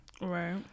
Right